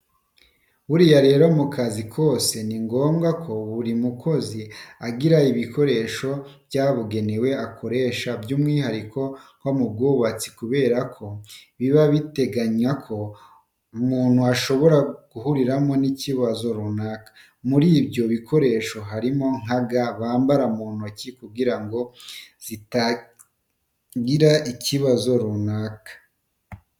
Buriya rero mu kazi kose ni ngombwa ko buri mukozi agira ibikoresho byabugenewe akoresha by'umwihariko nko mu bwubatsi kubera ko biba biteganywa ko umuntu ashobora guhuriramo n'ikibazo runaka. Muri ibyo bikoresho harimo nka ga bambara mu ntoki kugira zitagira ikibazo runaka.